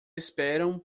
esperam